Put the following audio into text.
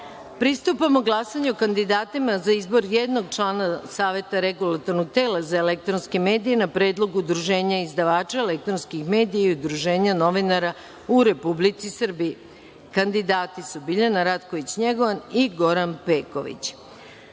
kandidata. Pristupamo glasanju o kandidatima za izbor jednog člana Saveta Regulatornog tela za elektronske medije na Predlog udruženja izdavača elektronskih medija i udruženja novinara u Republici Srbiji. Kandidati su: Biljana Ratković Njegovan i Goran Peković. Stavljam